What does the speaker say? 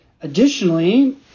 Additionally